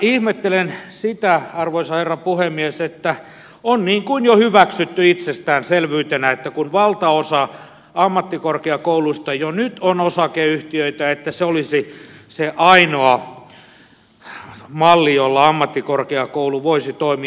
ihmettelen sitä arvoisa herra puhemies että on niin kuin jo hyväksytty itsestäänselvyytenä että kun valtaosa ammattikorkeakouluista jo nyt on osakeyhtiöitä se olisi se ainoa malli jolla ammattikorkeakoulu voisi toimia